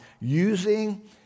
using